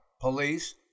police